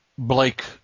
Blake